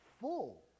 full